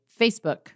Facebook